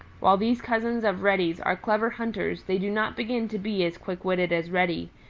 while these cousins of reddy's are clever hunters they do not begin to be as quick-witted as reddy,